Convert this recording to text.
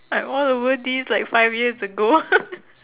I'm all over this like five years ago